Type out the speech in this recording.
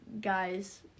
guys